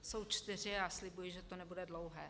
Jsou čtyři a slibuji, že to nebude dlouhé.